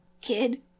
Kid